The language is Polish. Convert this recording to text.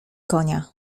konia